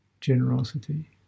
generosity